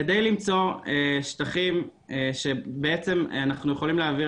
כדי למצוא שטחים שבעצם אנחנו יכולים להעביר